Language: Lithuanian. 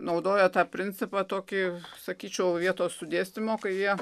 naudoja tą principą tokį sakyčiau vietos sudėstymo kai jie